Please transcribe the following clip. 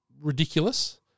ridiculous